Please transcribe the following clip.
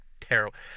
terrible